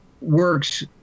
works